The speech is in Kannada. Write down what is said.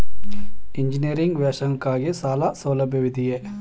ಎಂಜಿನಿಯರಿಂಗ್ ವ್ಯಾಸಂಗಕ್ಕಾಗಿ ಸಾಲ ಸೌಲಭ್ಯವಿದೆಯೇ?